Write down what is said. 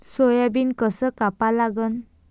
Soybean कस कापा लागन?